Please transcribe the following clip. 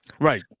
right